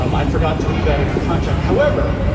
um i forgot to leave that in her contract. however,